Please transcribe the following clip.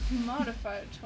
Modified